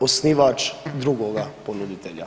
osnivač drugoga ponuditelja?